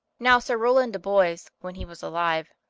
now sir rowland de boys, when he was alive,